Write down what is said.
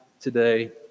today